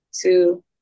two